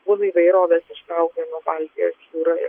vūnų įvairovės išsaugojimo baltijos jūroje